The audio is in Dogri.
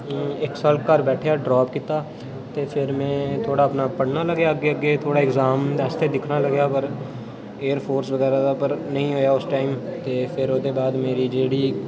इक साल घर बैठेआ ड्राप कीता ते फिर में थोह्ड़ा अपना पढ़ना लग्गेआ अग्गें अग्गें थोह्ड़ा एग्जाम आस्तै दिक्खना लग्गेआ पर एयर फोर्स बगैरा दा पर नेई होएआ उस टाइम ते फिर ओह्दे बाद मेरी जेह्ड़ी